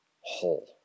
whole